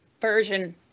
version